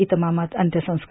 इतमामात अंत्यसंस्कार